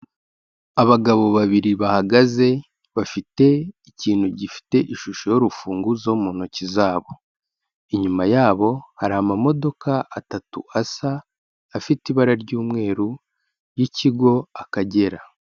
Abagabo babiri bahagaze, bafite ikintu gifite ishusho y'urufunguzo mu ntoki zabo, inyuma yabo hari amamodoka atatu asa, afite ibara ry'umweru ry'ikigo Akagera.